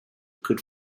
could